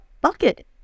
bucket